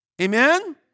Amen